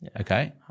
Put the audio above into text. okay